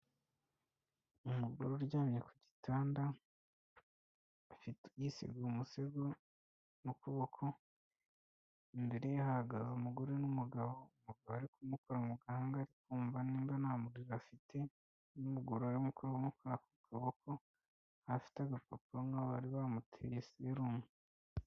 Umugore uryamye ku gitanda, yiseguye umusego mu kuboko, imbere ye hahagaze umugore n'umugabo bari kumukora mu gahanga bumva niba nta muriro afite, umugore wari uri kumukora ku kuboko afite agapapuro nkaho bari bamuteye serumu.